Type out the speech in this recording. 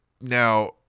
Now